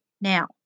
Now